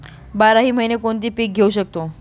बाराही महिने कोणते पीक घेवू शकतो?